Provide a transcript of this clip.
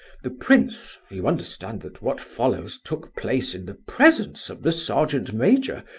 the prince you understand that what follows took place in the presence of the sergeant-major,